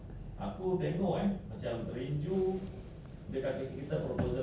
they they they should be able to do [what] they should be able to do right